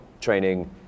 training